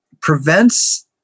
prevents